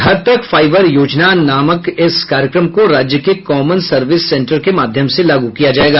घर तक फाईबर योजना नामक इस कार्यक्रम को राज्य के कॉमन सर्विस सेंटर के माध्यम से लागू किया जायेगा